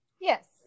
yes